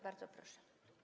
Bardzo proszę.